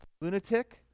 lunatic